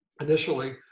initially